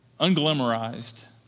unglamorized